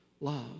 love